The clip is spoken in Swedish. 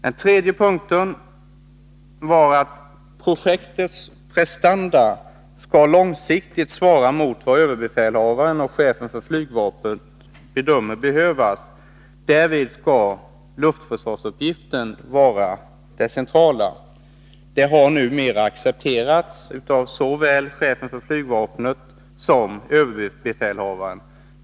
Den tredje punkten innebar att projektets prestanda långsiktigt skall svara mot vad som enligt överbefälhavarens och flygvapenschefens bedömning behövs. Därvid skall luftförsvarsuppgiften vara det centrala. Detta har numera accepterats av såväl chefen för flygvapnet som överbefälhavaren.